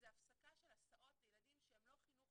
זו הפסקה של הסעות לילדים שהם לא חינוך